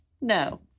No